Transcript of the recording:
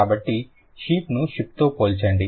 కాబట్టి షీప్ ను షిప్ తో పోల్చండి